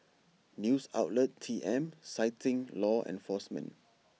news outlet T M citing law enforcement